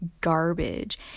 garbage